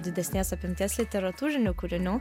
didesnės apimties literatūrinių kūrinių